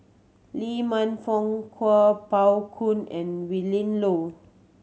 Lee Man Fong Kuo Pao Kun and Willin Low